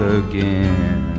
again